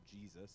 Jesus